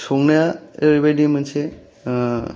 संनाया ओरैबायदि मोनसे